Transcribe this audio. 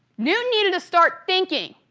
newton needed to start thinking,